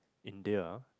India